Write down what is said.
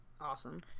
awesome